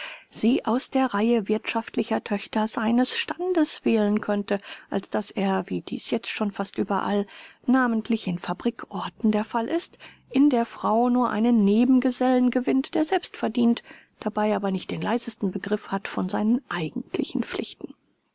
sie aus der reihe wirthschaftlicher töchter seines standes wählen könnte als daß er wie dies jetzt schon fast überall namentlich in fabrikorten der fall ist in der frau nur einen nebengesellen gewinnt der selbst verdient dabei aber nicht den leisesten begriff hat von seinen eigentlichen pflichten